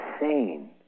insane